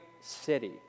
city